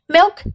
Milk